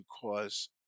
cause